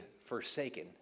forsaken